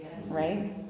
right